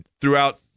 throughout